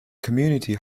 community